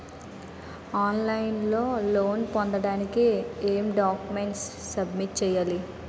On line లో loan పొందటానికి ఎం డాక్యుమెంట్స్ సబ్మిట్ చేయాలి?